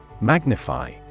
Magnify